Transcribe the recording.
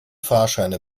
fahrscheine